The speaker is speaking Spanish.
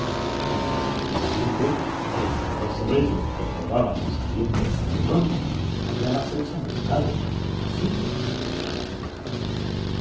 y efectivamente el cerdoso vello que poblaba su saliente esternón hallábase chamuscado así como sus pobladas cejas